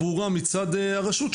מצד הרשות,